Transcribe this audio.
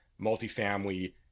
multifamily